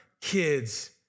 kids